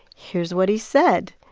here's what he said.